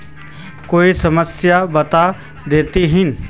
कोई समस्या बता देतहिन?